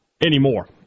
anymore